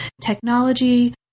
technology